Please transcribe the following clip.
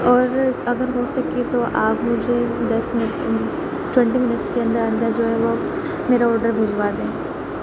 اور اگر ہو سکے تو آپ مجھے دس منٹ میں ٹوینٹی منٹس کے اندر اندر جو ہے وہ میرا آڈر بھجوا دیں